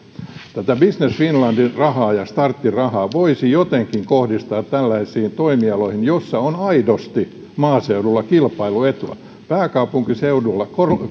business finlandin rahaa ja starttirahaa voisi jotenkin kohdistaa tällaisiin toimialoihin joissa on aidosti maaseudulla kilpailuetua pääkaupunkiseudulla